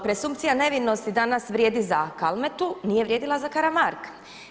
Presumpcija nevinosti danas vrijedi za Kalmetu, nije vrijedila za Karamarka.